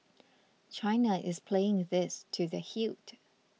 China is playing this to the hilt